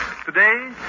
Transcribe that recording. Today